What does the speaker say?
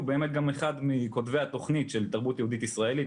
הוא באמת גם אחד מכותבי התוכנית של תרבות יהודית-ישראלית,